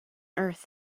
earth